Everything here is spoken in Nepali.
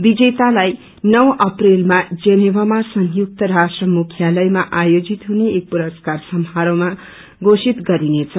विजेतालाई नौ अप्रेलामा जिनेवामा संयुक्त राष्ट्र मुख्यालयमा आयोजित हुने एक पुरस्कार सामारोहमा वेवित गरिनेछ